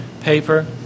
paper